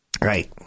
Right